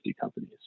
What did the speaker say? companies